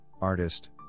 artist